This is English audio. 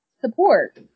support